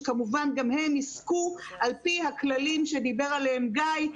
שכמובן גם הם יזכו על פי הכללים שדיבר עליהם גיא,